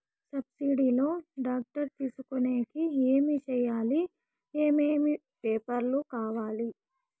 Subsidy లో tractor తీసుకొనేకి ఏమి చేయాలి? ఏమేమి పేపర్లు కావాలి?